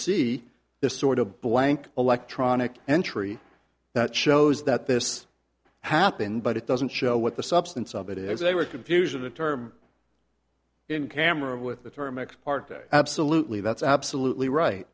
see this sort of blank electronic entry that shows that this happened but it doesn't show what the substance of it is they were confusion a term in camera with the term ex parte absolutely that's absolutely right